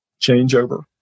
changeover